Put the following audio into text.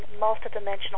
multidimensional